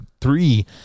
three